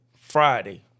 Friday